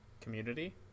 Community